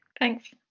Thanks